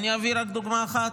אביא לך דוגמה אחת: